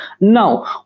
Now